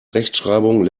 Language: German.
rechtschreibung